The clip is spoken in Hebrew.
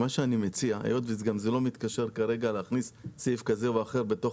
אני מציע היות וזה גם לא מתקשר כרגע להכנסת סעיף כזה ואחר בתוך